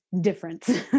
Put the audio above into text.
difference